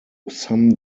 some